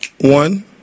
One